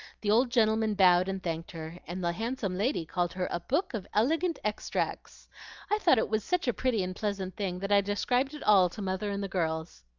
the old gentleman bowed and thanked her, and the handsome lady called her a book of elegant extracts i thought it was such a pretty and pleasant thing that i described it all to mother and the girls.